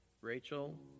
Rachel